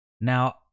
Now